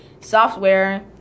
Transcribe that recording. software